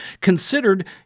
considered